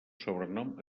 sobrenom